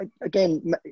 again